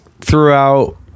throughout